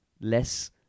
less